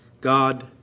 God